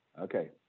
okay